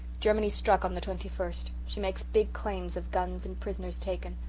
germany struck on the twenty-first. she makes big claims of guns and prisoners taken.